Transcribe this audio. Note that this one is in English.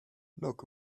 look